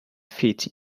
feet